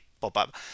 pop-up